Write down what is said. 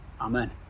Amen